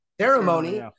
ceremony